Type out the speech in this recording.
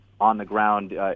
on-the-ground